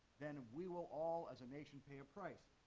then we will all as a nation pay a price.